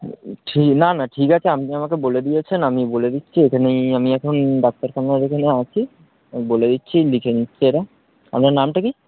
ঠ না না ঠিক আছে আপনি আমাকে বলে দিয়েছেন আমি বলে দিচ্ছি এখানে আমি এখন ডাক্তার সামনে এখানে আছি বলে দিচ্ছি লিখে নিচ্ছি এটা আপনার নামটা কি